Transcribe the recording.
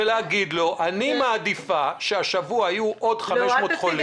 ולהגיד לו: אני מעדיפה שהשבוע יהיו עוד 500 חולים.